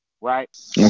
right